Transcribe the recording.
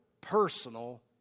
personal